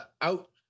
out